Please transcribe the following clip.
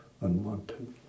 unwanted